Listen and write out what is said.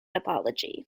apology